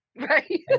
right